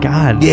God